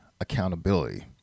accountability